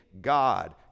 God